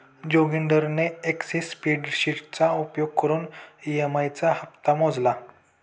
जोगिंदरने एक्सल स्प्रेडशीटचा उपयोग करून ई.एम.आई चा हप्ता मोजला